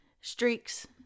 streaks